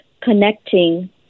connecting